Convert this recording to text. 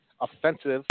Offensive